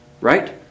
Right